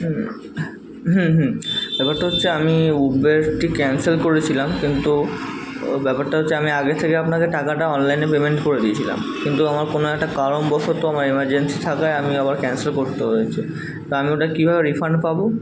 হুম হুম হুম ব্যাপারটা হচ্ছে আমি উবরটি ক্যানসেল করেছিলাম কিন্তু ব্যাপারটি হচ্ছে আমি আগে থেকে আপনাকে টাকাটা অনলাইনে পেমেন্ট করে দিয়েছিলাম কিন্তু আমার কোনো একটা কারণবশত আমার ইমারজেন্সি থাকায় আমি আবার ক্যানসেল করতে হয়েছে তা আমি ওটা কীভাবে রিফান্ড পাব